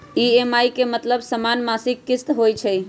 EMI के मतलब समान मासिक किस्त होहई?